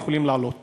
שיוכלו לעלות